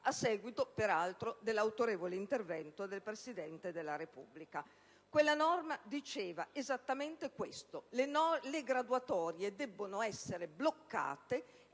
a seguito peraltro dell'autorevole intervento del Presidente della Repubblica. Quella norma diceva esattamente che le graduatorie dovevano essere bloccate